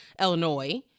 Illinois